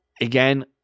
again